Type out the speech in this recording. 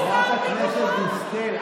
חברת הכנסת דיסטל,